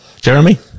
Jeremy